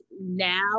now